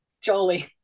Jolie